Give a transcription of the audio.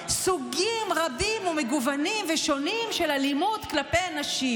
סוגים רבים ומגוונים ושונים של אלימות כלפי נשים.